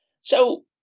So-